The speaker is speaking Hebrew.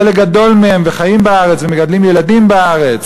חלק גדול מהם, וחיים בארץ ומגדלים ילדים בארץ,